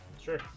sure